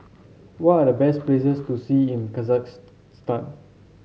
what are the best places to see in Kazakhstan